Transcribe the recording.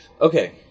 Okay